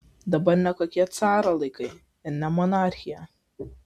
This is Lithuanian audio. dabar ne kokie caro laikai ir ne monarchija